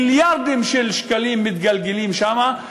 מיליארדים של שקלים מתגלגלים שם,